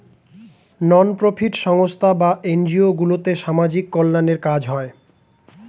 নন profit সংস্থা বা NGO গুলোতে সামাজিক কল্যাণের কাজ হয়